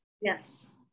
Yes